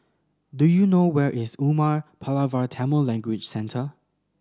do you know where is Umar Pulavar Tamil Language Centre